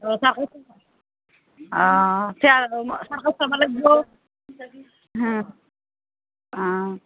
অঁ অঁ চাব লাগিব